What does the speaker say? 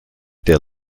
der